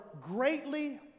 greatly